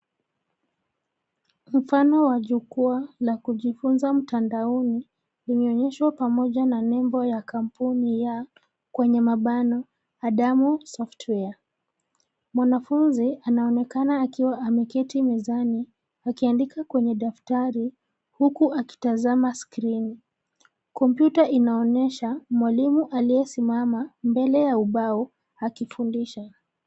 Mifano wa jukwaa la kujifunza mtandaoni linaonyeshwa pamoja na nembo ya kampuni ya (Adamo Software). Mwanafunzi anaonekana akiwa ameketi mezani akiandika kwenye daftari huku akitazama skrini. Kompyuta inaonyesha mwalimu aliyesimama mbele ya ubao akifundisha.